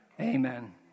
Amen